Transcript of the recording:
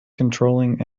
controlling